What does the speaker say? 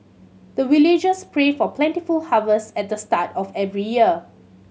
the villagers pray for plentiful harvest at the start of every year